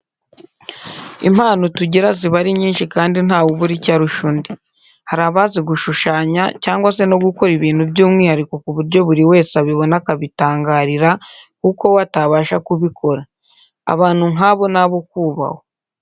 Impano tugira ziba ari nyinshi kandi nta we ubura icyo arusha undi. Hari abazi gushushanya cyangwa se no gukora ibintu by'umwihariko ku buryo buri wese abibona akabitangarira kuko we atabasha kubikora. Abantu nk'abo ni abo kubahwa.